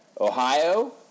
Ohio